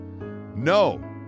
No